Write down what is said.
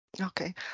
okay